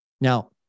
Now